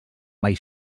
mai